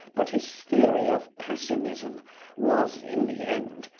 but his theory of pessimism was, in the end,